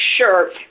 Sure